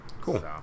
cool